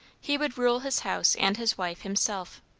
he would rule his house and his wife himself.